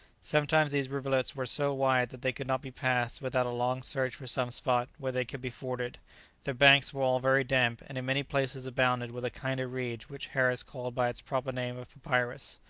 sometimes these rivulets were so wide that they could not be passed without a long search for some spot where they could be forded their banks were all very damp, and in many places abounded with a kind of reed, which harris called by its proper name of papyrus.